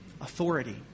Authority